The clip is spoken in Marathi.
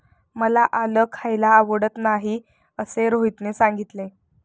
मला आलं खायला आवडत नाही असे रोहितने सांगितले